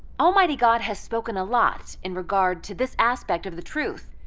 almighty god has spoken a lot in regard to this aspect of the truth.